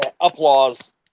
Applause